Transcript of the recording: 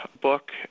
book